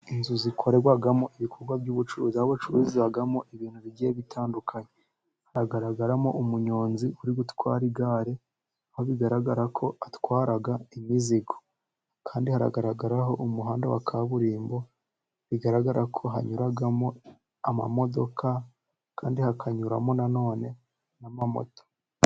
Inzu zikorerwamo ibikorwa by'ubucuruzi. Aho bacururizamo ibintu bigiye bitandukanye. Hagaragaramo umunyonzi uri gutwara igare, aho bigaragara ko atwara imizigo. Kandi hagaragaraho umuhanda wa kaburimbo, bigaragara ko hanyuramo amamodoka, kandi hakanyuramo na none n'amamoto.